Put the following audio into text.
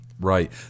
right